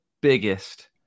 biggest